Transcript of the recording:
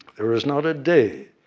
there is not a day,